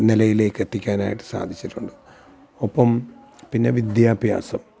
നിലയിലേക്ക് എത്തിക്കാനായിട്ട് സാധിച്ചിട്ടുണ്ട് ഒപ്പം പിന്നെ വിദ്യാഭ്യാസം